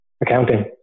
Accounting